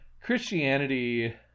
Christianity